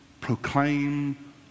proclaim